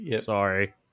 Sorry